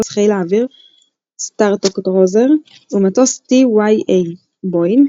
חיל האוויר סטרטוקרוזר ומטוס טי.וו.אי בואינג